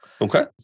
Okay